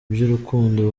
by’urukundo